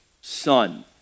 Son